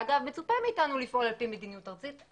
אגב, מצופה מאתנו לפעול על פי מדיניות ארצית.